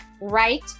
right